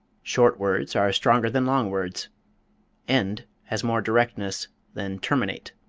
short words are stronger than long words end has more directness than terminate.